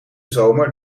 zomer